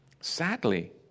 Sadly